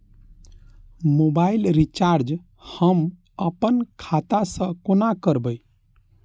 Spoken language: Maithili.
मोबाइल रिचार्ज हम आपन खाता से कोना करबै?